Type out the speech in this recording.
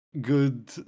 good